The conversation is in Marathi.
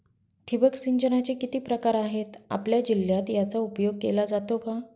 ठिबक सिंचनाचे किती प्रकार आहेत? आपल्या जिल्ह्यात याचा उपयोग केला जातो का?